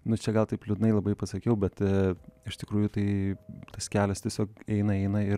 nu čia gal taip liūdnai labai pasakiau bet iš tikrųjų tai tas kelias tiesiog eina eina ir